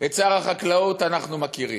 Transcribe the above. את שר החקלאות אנחנו מכירים.